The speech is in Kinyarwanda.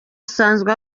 asanzwe